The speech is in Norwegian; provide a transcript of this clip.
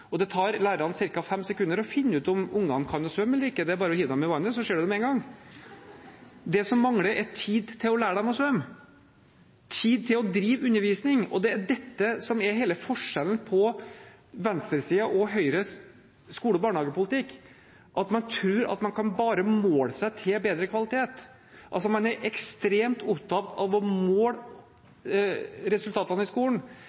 og det tar lærerne ca. fem sekunder å finne ut om ungene kan svømme eller ikke, det er bare å hive dem i vannet, så ser man det med en gang. Det som mangler, er tid til å lære dem å svømme, tid til å drive undervisning. Det er dette som er hele forskjellen på venstresidens og Høyres skole- og barnehagepolitikk, at man tror at man kan bare måle seg til bedre kvalitet. Man er ekstremt opptatt av å måle resultatene i skolen,